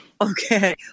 Okay